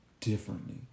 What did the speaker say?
Differently